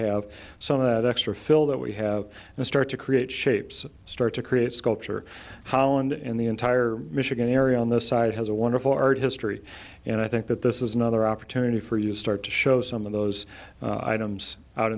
have some of that extra fill that we have and start to create shapes start to create sculpture holland and the entire michigan area on the side has a wonderful art history and i think that this is another opportunity for you start to show some of those items out